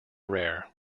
rare